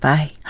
Bye